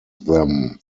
them